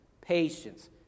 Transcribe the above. patience